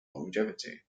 longevity